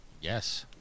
Yes